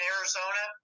Arizona